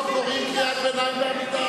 לא קוראים קריאת ביניים בעמידה.